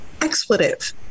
expletive